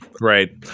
right